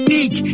Neek